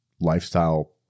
lifestyle